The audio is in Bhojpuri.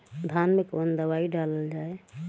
धान मे कवन दवाई डालल जाए?